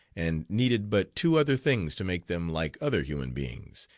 and needed but two other things to make them like other human beings,